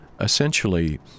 essentially